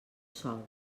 sol